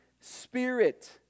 spirit